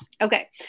Okay